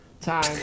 time